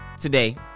today